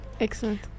Excellent